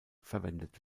verwendet